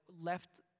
left